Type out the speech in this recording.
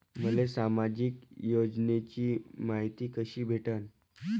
मले सामाजिक योजनेची मायती कशी भेटन?